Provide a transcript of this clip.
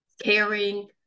caring